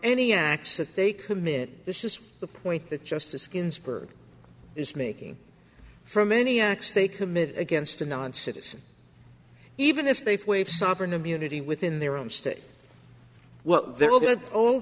any access they commit this is the point that justice ginsburg is making from any acts they commit against a non citizen even if they waive sovereign immunity within their own state well they're all good oh